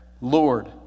Lord